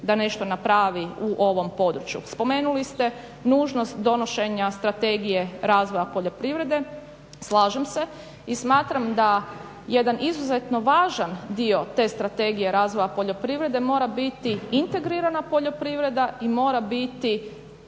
da nešto napravi u ovom području. Spomenuli ste nužnost donošenja strategije razvoja poljoprivrede, slažem se. I smatram da jedan izuzetno važan dio te strategije razvoja poljoprivrede mora biti integrirana poljoprivreda i mora biti